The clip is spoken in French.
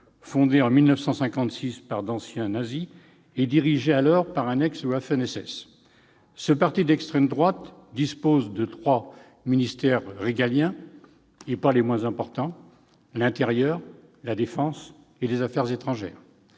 fondé en 1956 par d'anciens nazis et dirigé alors par un ancien Waffen-SS. Ce parti d'extrême droite détient désormais trois ministères régaliens, et non des moindres : l'intérieur, la défense et les affaires étrangères.